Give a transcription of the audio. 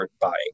buying